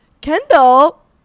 Kendall